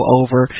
over